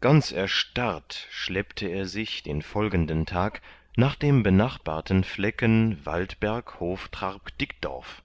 ganz erstarrt schleppte er sich den folgenden tag nach dem benachbarten flecken waldberghoftrarbkdickdorf